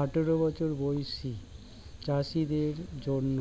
আঠারো বছর বয়সী চাষীদের জন্য